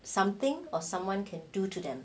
something or someone can do to them